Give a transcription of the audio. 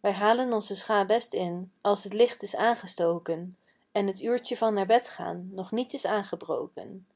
wij halen onze schâ best in als t licht is aangestoken en t uurtje van naar bed te gaan nog niet is aangebroken